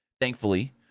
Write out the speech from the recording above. Thankfully